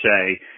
say